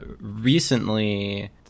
recently